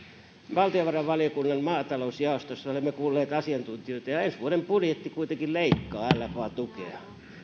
valtiovarainvaliokunnan maatalousjaostossa olemme kuulleet asiantuntijoita ja ensi vuoden budjetti kuitenkin leikkaa lfa tukea